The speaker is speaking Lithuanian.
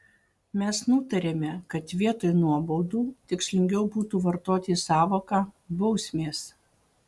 mes nutarėme kad vietoj nuobaudų tikslingiau būtų vartoti sąvoką bausmės